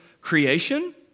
creation